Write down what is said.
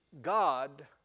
God